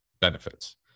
benefits